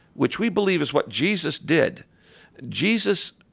which we believe is what jesus did jesus